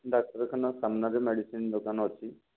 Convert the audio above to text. ଡାକ୍ତରଖାନା ସାମ୍ନାରେ ମେଡ଼ିସିନ୍ ଦୋକାନ ଅଛି